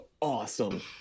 awesome